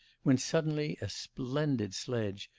when suddenly a splendid sledge,